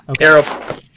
Arrow